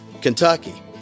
Kentucky